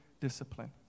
discipline